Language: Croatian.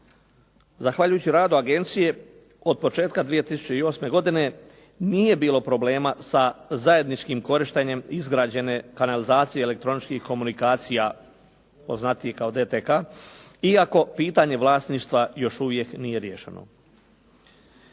Zahvaljujući radu agencije od početka 2008. godine nije bilo problema sa zajedničkim korištenjem izgrađene kanalizacije elektroničkih komunikacija poznatije kao DTK iako pitanje vlasništva još uvijek nije riješeno.